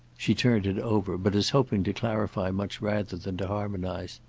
she turned it over, but as hoping to clarify much rather than to harmonise.